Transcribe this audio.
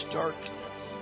darkness